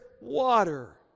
water